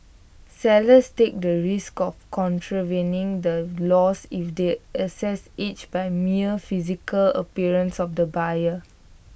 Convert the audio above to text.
sellers take the risk of contravening the laws if they assess age by mere physical appearance of the buyer